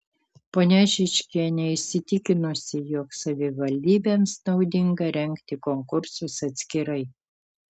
ponia žičkienė įsitikinusi jog savivaldybėms naudinga rengti konkursus atskirai